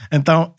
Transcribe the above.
Então